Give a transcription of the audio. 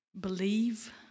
believe